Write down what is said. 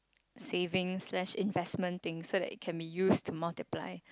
savings slash investment thing so it can be used to multiply